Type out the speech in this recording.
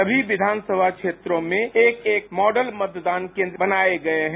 सभी विधान सभा क्षेत्रों में एक एक माडल मतदान केंद्र भी बनाए जा रहे हैं